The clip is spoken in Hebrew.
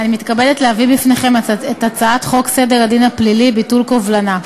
אנו עוברים להצעת חוק סדר הדין הפלילי (תיקון מס' 74) (ביטול קובלנה),